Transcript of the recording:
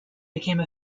became